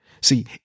See